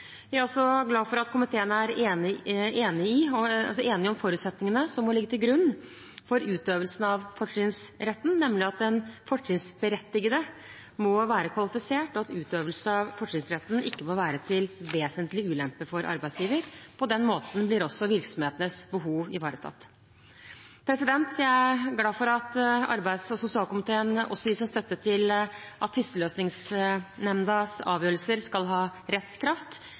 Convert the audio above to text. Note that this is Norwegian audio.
Jeg er også glad for at komiteen er enig om forutsetningene som må ligge til grunn for utøvelse av fortrinnsretten, nemlig at den fortrinnsberettigede må være kvalifisert, og at utøvelse av fortrinnsretten ikke må være til vesentlig ulempe for arbeidsgiveren. På den måten blir også virksomhetenes behov ivaretatt. Jeg er også glad for at arbeids- og sosialkomiteen gir sin støtte til at Tvisteløsningsnemndas avgjørelser skal ha rettskraft.